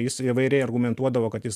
jis įvairiai argumentuodavo kad jis